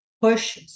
push